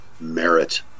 merit